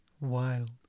Wild